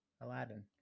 Aladdin